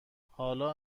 حالا